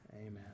Amen